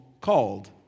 Called